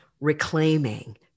reclaiming